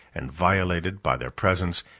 and violated, by their presence,